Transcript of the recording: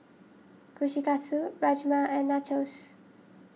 Kushikatsu Rajma and Nachos